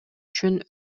үчүн